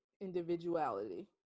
Individuality